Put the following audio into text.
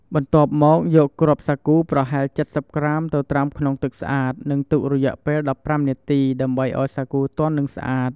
បន្ទាប់មកយកគ្រាប់សាគូប្រហែល ៧០ ក្រាមទៅត្រាំក្នុងទឹកស្អាត និងទុករយៈពេល ១៥ នាទី ដើម្បីឱ្យសាគូទន់ និងស្អាត។